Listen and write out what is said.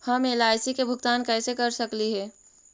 हम एल.आई.सी के भुगतान कैसे कर सकली हे?